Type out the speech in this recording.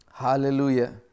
Hallelujah